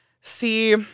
See